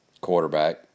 quarterback